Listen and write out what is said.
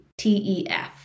TEF